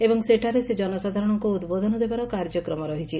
ଏବଂ ସେଠାରେ ସେ ଜନସାଧାରଣଙ୍ଙ୍ ଉଦ୍ବୋଧନ ଦେବାର କାର୍ଯ୍ୟକ୍ମ ରହିଛି